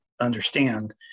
understand